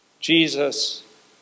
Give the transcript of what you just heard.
Jesus